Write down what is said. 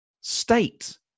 state